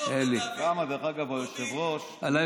אבל לא